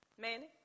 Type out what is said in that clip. Manny